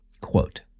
quote